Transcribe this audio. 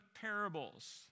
parables